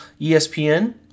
ESPN